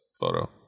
photo